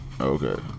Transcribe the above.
Okay